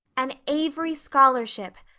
an avery scholarship!